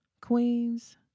Queens